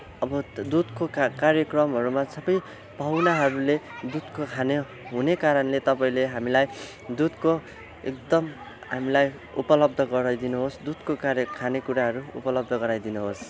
अब दुधको कार्यक्रमहरूमा सबै पाहुनाहरूले दुधको खानु हुने कारणले तपाईँले हामीलाई दुधको एकदम हामीलाई उपलब्ध गराइदिनुहोस् दुधको खानेकुराहरू उपलब्ध गराइदिनुहोस्